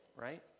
right